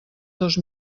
dos